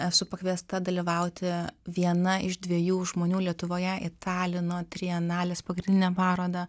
esu pakviesta dalyvauti viena iš dviejų žmonių lietuvoje į talino trienalės pagrindinę parodą